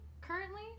currently